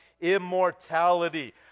immortality